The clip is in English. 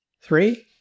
Three